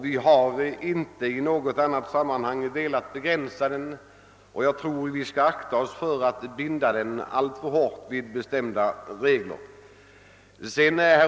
Vi har inte i något annat sammanhang velat begränsa denna frihet, och jag tror att vi skall akta oss mycket noga för att binda den alltför hårt vid bestämda regler.